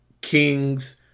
Kings